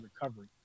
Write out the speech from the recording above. recovery